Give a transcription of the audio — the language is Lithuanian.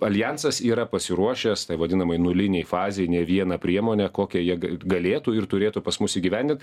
aljansas yra pasiruošęs vadinamai nulinei fazei ne vieną priemonę kokia jėga galėtų ir turėtų pas mus įgyvendint